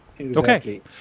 Okay